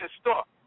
stop